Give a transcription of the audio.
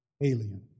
alien